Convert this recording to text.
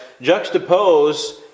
juxtapose